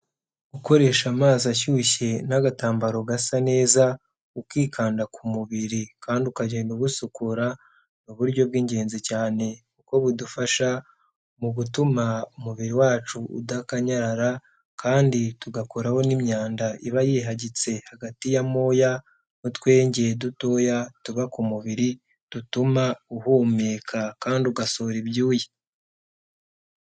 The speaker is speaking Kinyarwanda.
Gukoresha amazi ashyushye n'agatambaro gasa neza, ukikanda ku mubiri kandi ukagenda ugusukura, ni buryo bw'ingenzi cyane kuko budufasha mu gutuma umubiri wacu udakanyara, kandi tugakoraho n'imyanda iba yihagitse hagati y'amoya n'utwenge dutoya tuba ku mubiri dutuma uhumeka kandi ugasohora ibyuya.